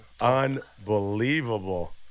unbelievable